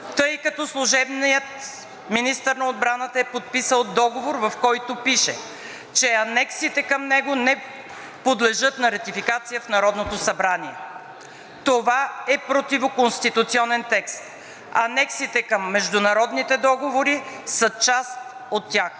тъй като служебният министър на отбраната е подписал договор, в който пише, че анексите към него не подлежат на ратификация в Народното събрание. Това е противоконституционен текст – анексите към международните договори са част от тях.